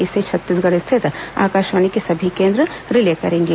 इसे छत्तीसगढ़ स्थित आकाशवाणी के सभी केंद्र रिले करेंगे